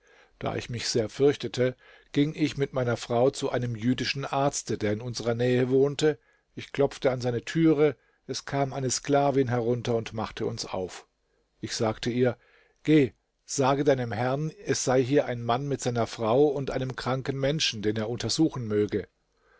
da ich mich sehr fürchtete ging ich mit meiner frau zu einem jüdischen arzte der in unsrer nähe wohnte ich klopfte an seine türe es kam eine sklavin herunter und machte uns auf ich sagte ihr geh sage deinem herrn es sei hier ein mann mit seiner frau und einem kranken menschen den er untersuchen möge